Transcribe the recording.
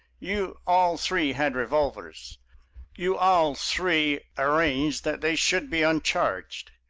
you all three had revolvers you all three arranged that they should be uncharged.